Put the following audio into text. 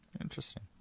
Interesting